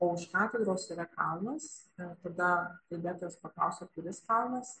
o už katedros yra kalnas na tada kalbėtojas paklausė kuris kalnas